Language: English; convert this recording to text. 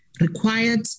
required